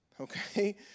okay